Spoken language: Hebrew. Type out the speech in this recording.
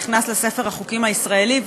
נכנס לספר החוקים הישראלי,